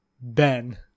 Ben